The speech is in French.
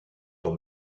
ton